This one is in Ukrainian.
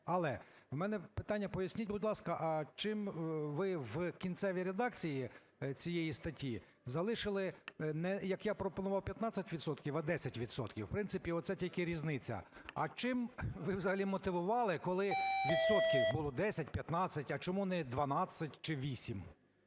але в мене питання. Поясніть, будь ласка, а чому ви в кінцевій редакції цієї статті залишили не, як я пропонував, 15 відсотків, а 10 відсотків? В принципі, оце тільки різниця. А чим ви взагалі мотивували, коли відсотків було 10, 15, а чому не 12 чи 8?